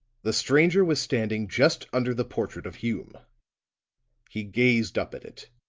the stranger was standing just under the portrait of hume he gazed up at it,